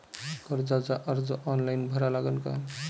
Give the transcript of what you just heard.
कर्जाचा अर्ज ऑनलाईन भरा लागन का?